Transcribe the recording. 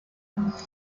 this